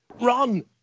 run